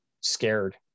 scared